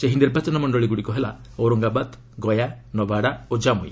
ସେହି ନିର୍ବାଚନମଣ୍ଡଳୀଗୁଡ଼ିକ ହେଲା ଔରଙ୍ଗାବାଦ ଗୟା ନବାଡ଼ା ଓ ଜାନ୍ଗୁଇ